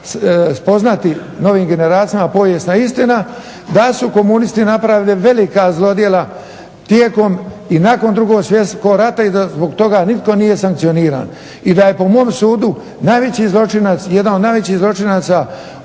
spoznati novim generacijama povijesna istina da su komunisti napravili velika zlodjela tijekom i nakon Drugog svjetskog rata i da zbog toga nitko nije sankcioniran. I da je po mom sudu najveći zločinac,